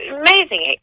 amazing